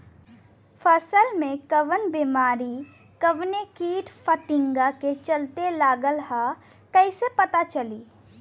फसल में कवन बेमारी कवने कीट फतिंगा के चलते लगल ह कइसे पता चली?